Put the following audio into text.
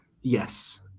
Yes